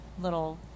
little